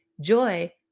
Joy